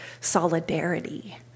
solidarity